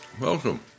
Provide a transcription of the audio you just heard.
Welcome